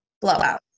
blowout